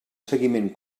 seguiment